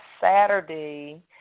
Saturday